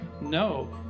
no